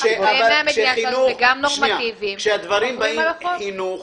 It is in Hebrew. יש צורך בחינוך